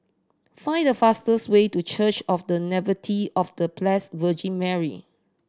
find the fastest way to Church of The Nativity of The Blessed Virgin Mary